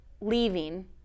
leaving